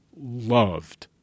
loved